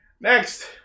Next